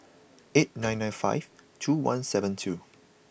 eight nine nine five two one seven two